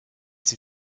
sie